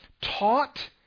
taught